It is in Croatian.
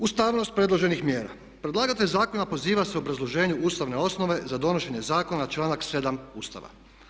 Ustavnost predloženih mjera, predlagatelj zakona poziva se u obrazloženju ustavne osnove za donošenje zakona članak 7. Ustava.